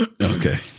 Okay